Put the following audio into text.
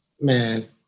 man